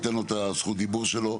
אתן לו את זכות הדיבור שלו,